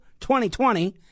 2020